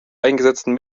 eingesetzten